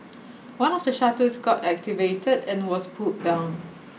one of the shutters got activated and was pulled down